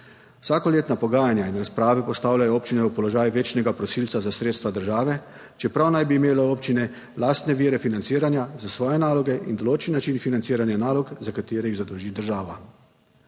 Vsakoletna pogajanja in razprave postavljajo občine v položaj večnega prosilca za sredstva države, čeprav naj bi imele občine lastne vire financiranja za svoje naloge in določen način financiranja nalog, za katere jih zadolži država.